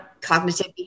cognitive